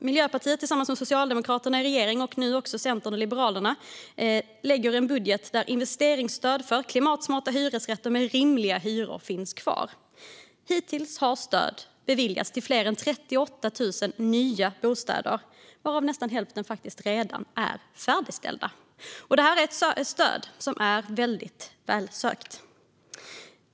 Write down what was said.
Miljöpartiet lägger tillsammans med Socialdemokraterna i regeringen, och nu också Centern och Liberalerna, fram en budget där investeringsstöd för klimatsmarta hyresrätter med rimliga hyror finns kvar. Hittills har stöd beviljats till fler än 38 000 nya bostäder varav nästan hälften redan är färdigställda. Detta är ett stöd som är väldigt välsökt.